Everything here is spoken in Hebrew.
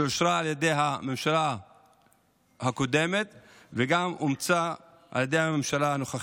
שאושרה על ידי הממשלה הקודמת וגם אומצה על ידי הממשלה הנוכחית.